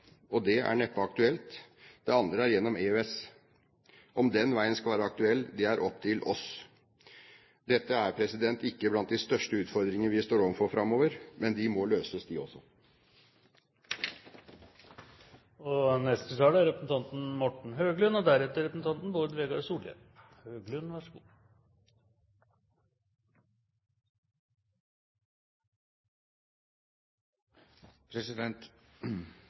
og det er neppe aktuelt. Det andre er gjennom EØS. Om den veien skal være aktuell, er opp til oss. Dette er ikke blant de største utfordringene vi står overfor framover, men de må løses, de også. I går rørte det iranske folk på seg. Kunne situasjonen fra Kairo kopieres i Teheran, ville det vært en velsignelse. USAs utenriksminister var ute og